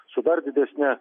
su dar didesne